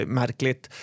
märkligt